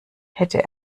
hätte